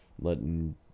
letting